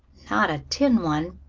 not a tin one.